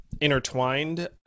intertwined